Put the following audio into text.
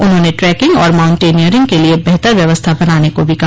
उन्होंने ट्रेकिंग और माउंटेनियरिंग के लिए बेहतर व्यवस्था बनाने को भी कहा